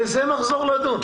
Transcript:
לזה נחזור לדון.